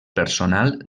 personal